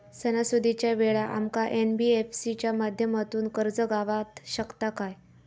सणासुदीच्या वेळा आमका एन.बी.एफ.सी च्या माध्यमातून कर्ज गावात शकता काय?